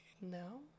No